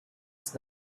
ist